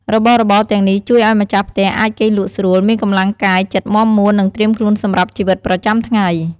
របស់របរទាំងនេះជួយឲ្យម្ចាស់ផ្ទះអាចគេងលក់ស្រួល មានកម្លាំងកាយចិត្តមាំមួន និងត្រៀមខ្លួនសម្រាប់ជីវិតប្រចាំថ្ងៃ។